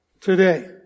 today